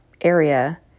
area